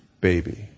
baby